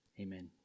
Amen